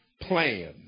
plan